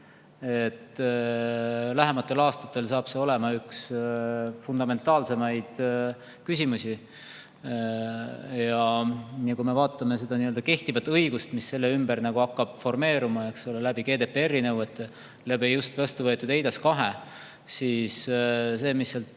Lähematel aastatel saab see olema üks fundamentaalseid küsimusi. Kui me vaatame kehtivat õigust, mis selle ümber hakkab formeeruma GDPR‑i nõuete ja just vastu võetud eIDAS 2 mõjul, siis see, mis sealt